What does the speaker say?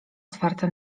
otwarta